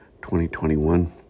2021